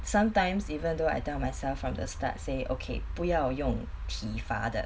sometimes even though I tell myself from the start say okay 不要用体罚的